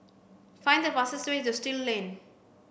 find the fastest way to Still Lane